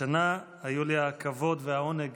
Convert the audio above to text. השנה היו לי הכבוד והעונג